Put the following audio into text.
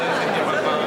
אין לכם רוב.